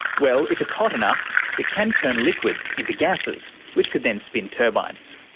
well, if it's hot enough it can turn liquids into gases, which could then spin turbines.